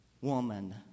woman